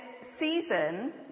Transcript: season